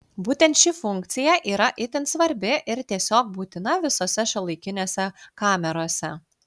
būtent ši funkcija yra itin svarbi ir tiesiog būtina visose šiuolaikinėse kamerose